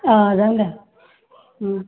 অঁ যাম দে